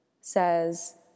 says